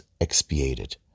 expiated